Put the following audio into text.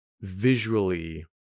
visually